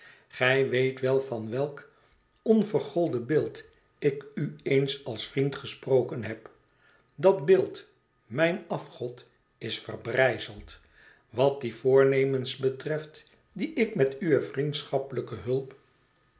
gij weet wel van welk onvergolden beeld ik u eens als vriend gesproken heb dat beeld mijn afgod is verbrijzeld wat die voornemens betreft die ik met uwe vriendschappelijke hulp